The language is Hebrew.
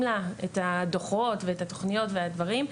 לה את הדוחות ואת התוכניות והדברים.